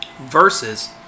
versus